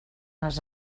les